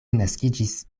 naskiĝis